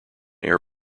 air